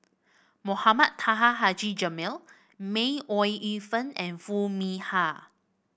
Mohamed Taha Haji Jamil May Ooi Yu Fen and Foo Mee Har